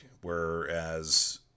whereas